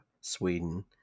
Sweden